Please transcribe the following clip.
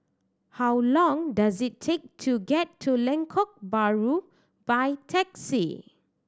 how long does it take to get to Lengkok Bahru by taxi